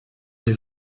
les